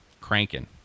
cranking